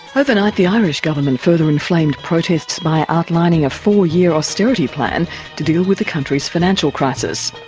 overnight the irish government further inflamed protests by outlining a four-year austerity plan to deal with the country's financial crisis.